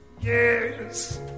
Yes